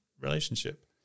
relationship